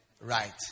right